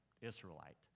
Israelite